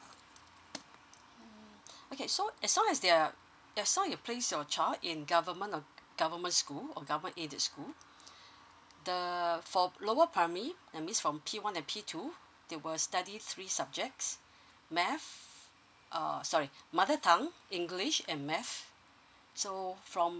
okay so as long as they are as long as you place your child in government uh government school or government aided school uh for lower primary that means from p one and p two they will study three subjects math uh sorry mother tongue english and math so from